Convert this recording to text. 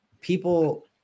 people